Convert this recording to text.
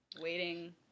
waiting